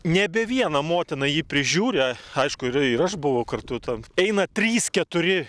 nebe viena motina jį prižiūre aišku ir ir aš buvau kartu tam eina trys keturi